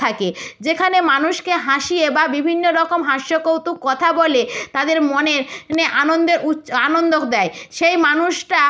থাকে যেখানে মানুষকে হাঁসিয়ে বা বিভিন্ন রকম হাস্য কৌতুক কথা বলে তাদের মনের নে আনন্দের আনন্দক দেয় সেই মানুষটা